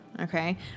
okay